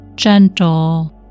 Gentle